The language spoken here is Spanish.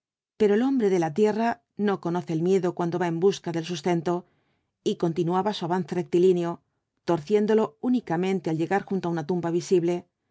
pero el hombre de la tierra no conoce el miedo cuando va en busca del sustento y continuaba su avance rectilíneo torciéndolo únicamente al llegar junto á una tumba visible